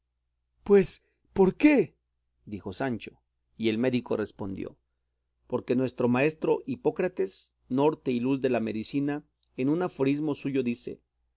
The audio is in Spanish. pues por qué dijo sancho y el médico respondió porque nuestro maestro hipócrates norte y luz de la medicina en un aforismo suyo dice